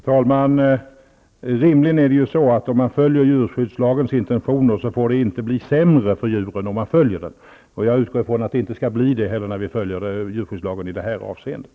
Herr talman! Om man följer djurskyddslagstiftningens intentioner, skall det rimligen inte bli sämre för djuren. Jag utgår ifrån att det inte heller skall bli så om djurskyddslagen följs i det här avseendet.